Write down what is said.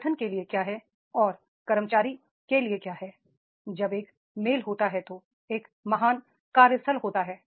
संगठन के लिए क्या है और कर्मचारी के लिए क्या है जब एक मेल होता है तो एक महान कार्यस्थल होता है